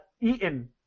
eaten